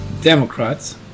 Democrats